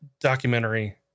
documentary